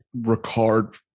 Ricard